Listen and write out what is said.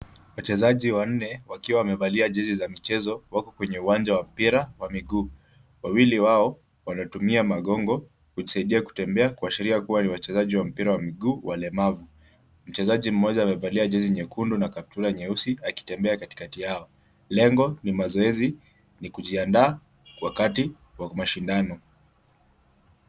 Wachezaji wanne wakiwa wamevalia jezi za michezo wako kwenye uwanja wa mpira wa miguu. Wawili wao wanatumia magongo kujisaidia kutembea kuashiria kuwa ni wachezaji wa mpira wa miguu walemavu. Mchezaji mmoja amevalia jezi nyekundu na kaptula nyeusi akitembea katikati yao. Lengo ni mazoezi ni kujiandaa wakati wa mashindano.